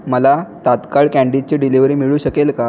मला तात्काळ कँडीची डिलिवरी मिळू शकेल का